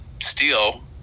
steel